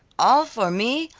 all for me,